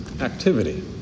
activity